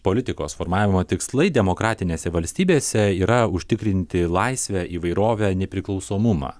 politikos formavimo tikslai demokratinėse valstybėse yra užtikrinti laisvę įvairovę nepriklausomumą